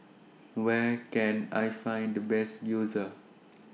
Where Can I Find The Best Gyoza